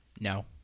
No